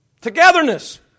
Togetherness